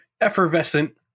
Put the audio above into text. effervescent